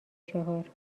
چهار